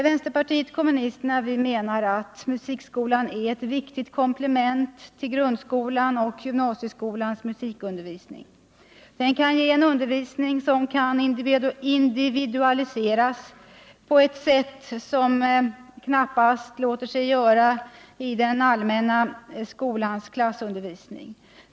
Vänsterpartiet kommunisterna menar att musikskolan är ett viktigt komplement till grundskolans och gymnasieskolans musikundervisning. Den ger en undervisning som kan individualiseras på ett sätt som knappast låter sig göra i den allmänna skolans klassundervisning.